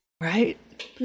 Right